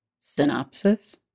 synopsis